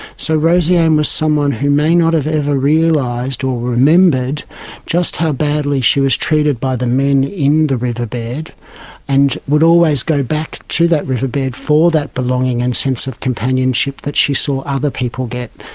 so rosie anne was someone who may not have ever realised or remembered just how badly she was treated by the men in the riverbed and would always go back to that riverbed for that belonging and sense of companionship that she saw other people get.